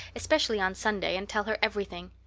especially on sunday, and tell her everything.